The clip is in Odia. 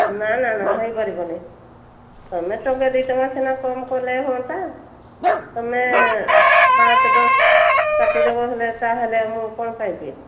ନା ନା ନା ହୋଇପାରିବନି ତୁମେ ଟଙ୍କେ ଦୁଇ ଟଙ୍କା ସିନା କମ୍ କଲେ ହୁଅନ୍ତା ତୁମେ ପାଞ୍ଚ ଦଶ କାଟିଦେବ ହେଲେ ତାହେଲେ ମୁଁ କ'ଣ ପାଇବି